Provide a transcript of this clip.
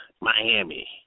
Miami